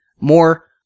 More